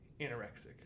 anorexic